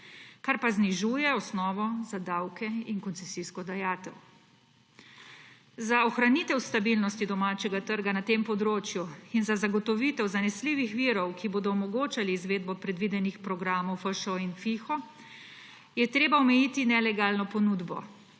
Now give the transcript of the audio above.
kar pa znižuje osnovo za davke in koncesijsko dajatev. Za ohranitev stabilnosti domačega trga na tem področju in za zagotovitev zanesljivih virov, ki bodo omogočali izvedbo predvidenih programov FŠO in FIHO, je treba omejiti nelegalno ponudbo,